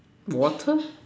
water